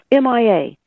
MIA